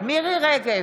מירי מרים רגב,